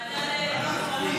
ועדת הכנסת.